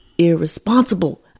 irresponsible